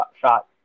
shot